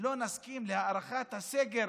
לא נסכים להארכת הסגר,